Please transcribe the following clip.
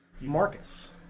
Marcus